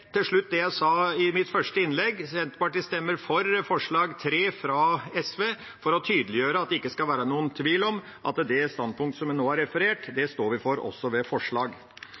det jeg sa i mitt første innlegg: Senterpartiet stemmer for forslag nr. 3, fra SV, for å tydeliggjøre at det ikke skal være noen tvil om at det standpunktet som nå er referert til, står vi for, også ved forslag.